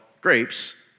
grapes